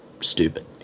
stupid